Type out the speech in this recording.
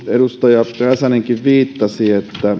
edustaja räsänenkin viittasi